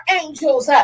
angels